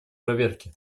проверки